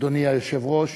אדוני היושב-ראש,